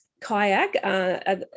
Kayak